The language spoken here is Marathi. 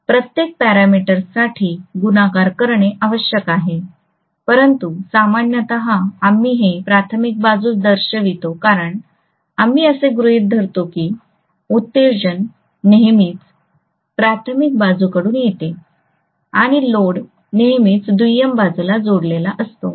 प्रत्येक पॅरामीटर्ससाठी गुणाकार करणे आवश्यक आहे परंतु सामान्यत आम्ही हे प्राथमिक बाजूस दर्शवितो कारण आम्ही असे गृहीत धरतो की उत्तेजन नेहमीच प्राथमिक बाजूकडून येते आणि लोड नेहमीच दुय्यम बाजूला जोडलेले असते